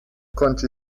kącie